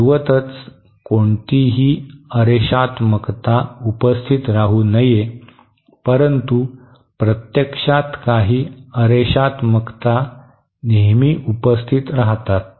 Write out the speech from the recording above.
तद्वतच कोणतीही अरेषात्मकता उपस्थित राहू नये परंतु प्रत्यक्षात काही अरेषात्मकता नेहमी उपस्थित असतात